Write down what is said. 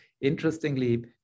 Interestingly